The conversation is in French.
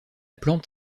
plante